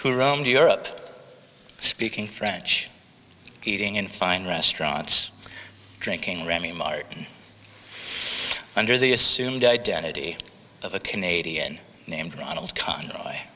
who roamed europe speaking french eating in fine restaurants drinking remy martin under the assumed identity of a canadian named ronald co